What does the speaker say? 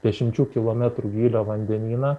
dešimčių kilometrų gylio vandenyną